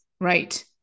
right